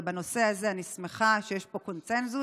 ובנושא הזה אני שמחה שיש קונסנזוס.